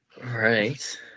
Right